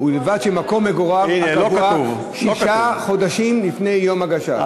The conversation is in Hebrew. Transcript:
"ובלבד שמקום מגוריו הקבוע שישה חודשים לפני יום הגשת,